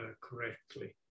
correctly